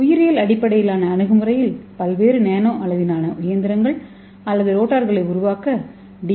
உயிரியல் அடிப்படையிலான அணுகுமுறையில் பல்வேறு நானோ அளவிலான இயந்திரங்கள் அல்லது ரோட்டர்களை உருவாக்க டி